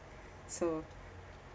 so